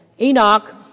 Enoch